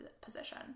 position